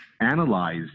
analyze